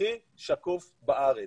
הכי שקוף בארץ.